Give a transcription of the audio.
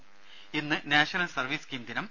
ത ഇന്ന് national service scheme ദിനം